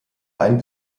ein